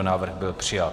Návrh byl přijat.